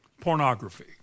pornography